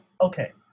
okay